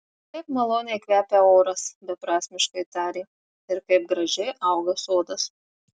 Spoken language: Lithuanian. kaip maloniai kvepia oras beprasmiškai tarė ir kaip gražiai auga sodas